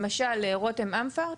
למשל לרותם אמפרט,